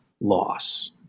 loss